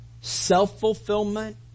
self-fulfillment